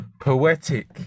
poetic